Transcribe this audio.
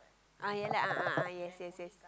ah yea lah a'ah a'ah yes yes yes